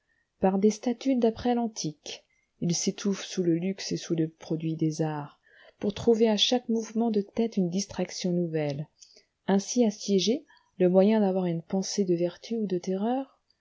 par des statues d'après l'antique il s'étouffe sous le luxe et sous le produit des arts pour trouver à chaque mouvement de tête une distraction nouvelle ainsi assiégé le moyen d'avoir une pensée de vertu ou de terreur